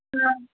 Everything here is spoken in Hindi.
हाँ